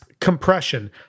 compression